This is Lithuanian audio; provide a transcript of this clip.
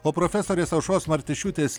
o profesorės aušros martišiūtės